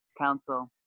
Council